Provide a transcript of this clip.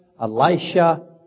Elisha